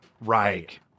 right